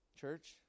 Church